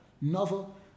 novel